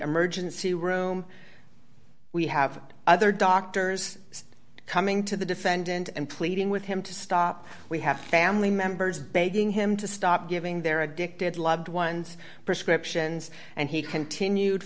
emergency room we have other doctors coming to the defendant and pleading with him to stop we have family members begging him to stop giving their addicted loved ones prescriptions and he continued